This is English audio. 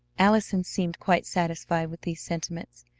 allison seemed quite satisfied with these sentiments,